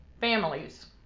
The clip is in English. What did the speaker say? families